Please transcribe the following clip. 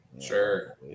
Sure